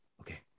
Okay